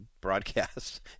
broadcast